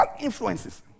influences